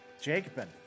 Jacobin